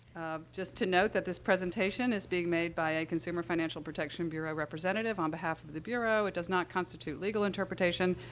just to note that this presentation is being made by a consumer financial protection bureau representative on behalf of the bureau. it does not constitute legal interpretation,